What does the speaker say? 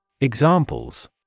Examples